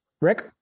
Rick